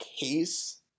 case